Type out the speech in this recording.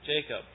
Jacob